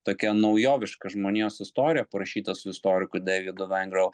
tokia naujoviška žmonijos istorija parašyta su istoriku deividu vengrou